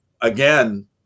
again